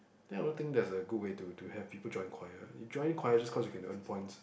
then I don't think that's a good way to to have people join choir you joining choir just cause you can earn points